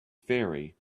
ferry